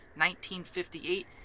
1958